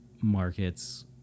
markets